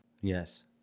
Yes